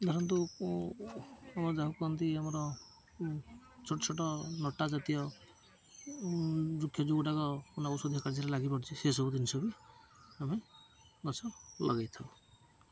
ଧରନ୍ତୁ ଯାହା କହନ୍ତି ଆମର ଛୋଟ ଛୋଟ ନଟା ଜାତୀୟ ଯୁଖ ଯେଉଁ ଗୁଡ଼ାକ କଣ ଔଷଧୀୟ କାର୍ଯ୍ୟରେ ଲାଗିପାରୁଛି ସେସବୁ ଜିନିଷ ବି ଆମେ ଗଛ ଲଗେଇଥାଉ